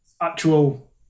actual –